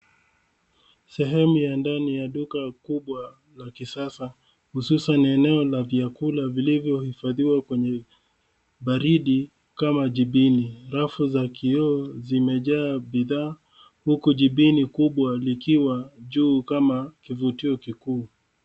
Sehemu ya ndani ya duka kubwa la kisasa, hususan eneo la vyakula vilivyo hifadhiwa kwenye baridi kama jibini. Rafu za kioo zimejaa bidhaa, huku jibini kubwa likiwa juu kama kivutio kikuu.